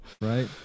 right